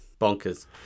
Bonkers